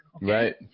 right